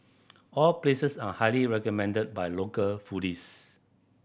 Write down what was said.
all places are highly recommended by local foodies